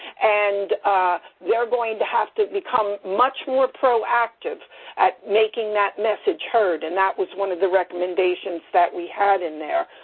and they're going to have to become much more pro-active at making that message heard. and that was one of the recommendations that we had in there,